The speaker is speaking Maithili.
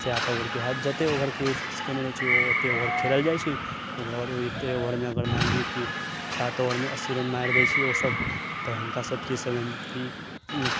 जादा ओवर के होयत जते ओवर के फिक्स केने रहै छै ओ ओतए ओवर खेलल जाइ छै ओकरबाद ओतए ओवर मे मानि लिय की सात ओवर मे अस्सी रन मारि दै छै ओसब त हिनका सबके सेवेंटी